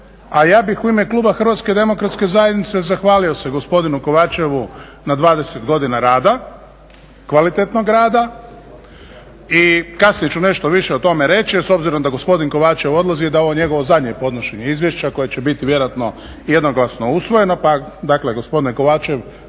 a ja bih u ime kluba Hrvatske demokratske zajednice zahvalio se gospodinu Kovačevu na 20 godina rada, kvalitetnog rada i kasnije ću nešto više o tome reći, jer s obzirom da gospodin Kovačev odlazi i da je ovo njegovo zadnje podnošenje izvješća, koje će biti vjerojatno jednoglasno usvojeno. Pa, dakle gospodine Kovačev